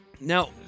Now